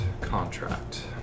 contract